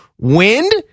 wind